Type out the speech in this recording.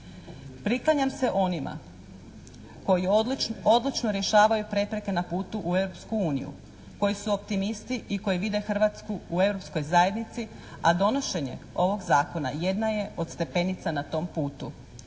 Priklanjam se onima koji odlučno rješavaju prepreke na putu u Europsku uniju, koji su optimisti i koji vide Hrvatsku u Europskoj zajednici a donošenje ovog zakona jedna je od stepenica na tom putu.